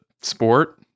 sport